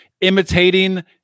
imitating